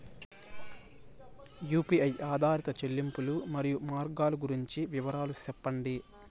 UPI ఆధారిత చెల్లింపులు, మరియు మార్గాలు గురించి వివరాలు సెప్పండి?